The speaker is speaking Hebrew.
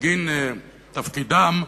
בגין תפקידם,